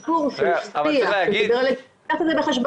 צריך לקחת את זה בחשבון.